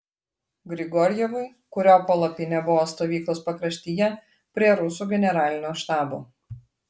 grigorjevui kurio palapinė buvo stovyklos pakraštyje prie rusų generalinio štabo